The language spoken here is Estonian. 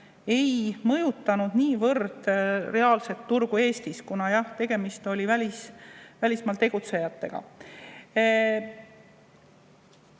ei mõjutanud niivõrd reaalset turgu Eestis, kuna tegemist oli välismaal tegutsejatega.